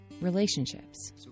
Relationships